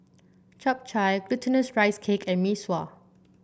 Chap Chai Glutinous Rice Cake and Mee Sua